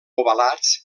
ovalats